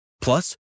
Plus